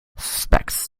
suspects